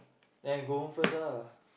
then I go home first ah